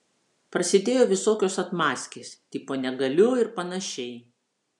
prasidėjo visokios atmazkės tipo negaliu ir panašiai